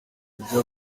ibyo